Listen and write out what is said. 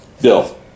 Bill